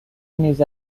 نیز